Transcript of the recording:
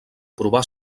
provar